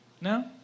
No